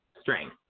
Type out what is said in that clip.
strength